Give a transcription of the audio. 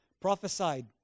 prophesied